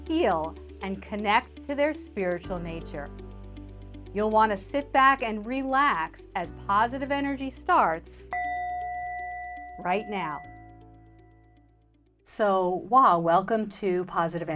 heal and connect with their spiritual nature you'll want to sit back and relax as positive energy starts right now so wall welcome to positive